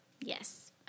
Yes